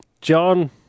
John